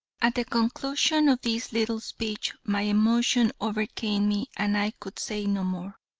at the conclusion of this little speech my emotion overcame me and i could say no more.